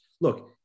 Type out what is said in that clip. look